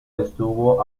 estuvo